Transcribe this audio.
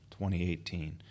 2018